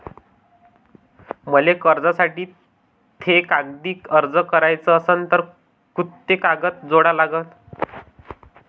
मले कर्जासाठी थे कागदी अर्ज कराचा असन तर कुंते कागद जोडा लागन?